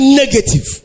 negative